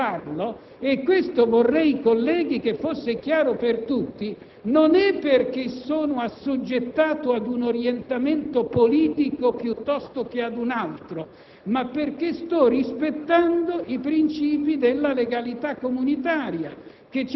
La direttiva può rimuovere questo limite e può configurare il mio prefetto come autorità che adotta un provvedimento riconosciuto nel territorio dell'Unione, ma io, con la mia legislazione nazionale, non posso farlo.